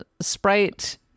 Sprite